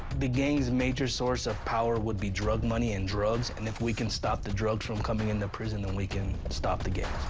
the gangs major source of power would be drug money and drugs and if we can stop the drugs from coming in the prison, then we can stop the gangs.